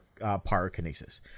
pyrokinesis